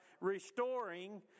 restoring